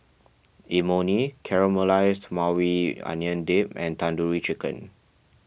Imoni Caramelized Maui Onion Dip and Tandoori Chicken